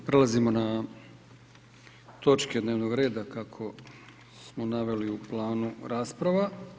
Prelazimo na točke dnevnog reda kako smo naveli u planu rasprava.